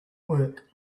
work